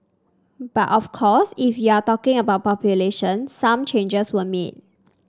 but of course if you're talking about population some changes were made